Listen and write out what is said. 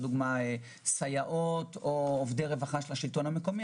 למשל סייעות או עובדי רווחה של השלטון המקומי,